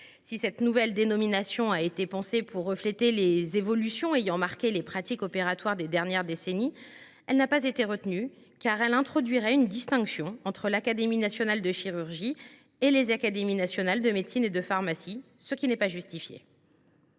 Si elle a été pensée pour refléter les évolutions ayant marqué les pratiques opératoires des dernières décennies, cette nouvelle dénomination n’a pas été retenue, car elle introduirait une distinction entre l’Académie nationale de chirurgie et les académies nationales de médecine et de pharmacie, ce qui n’est pas justifié.